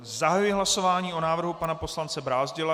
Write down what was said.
Zahajuji hlasování o návrhu pana poslance Brázdila.